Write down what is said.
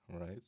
right